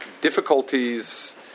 difficulties